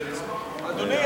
אדוני,